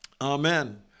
Amen